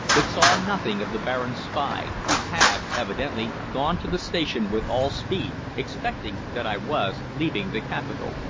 but saw nothing of the baron's spy, who had evidently gone to the station with all speed, expecting that i was leaving the capital.